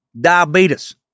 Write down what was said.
Diabetes